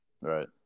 Right